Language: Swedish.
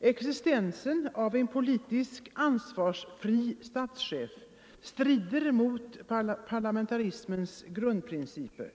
Existensen av en politiskt ansvarsfri statschef strider mot parlamentarismens grundprinciper.